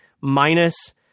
minus